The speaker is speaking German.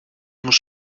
muss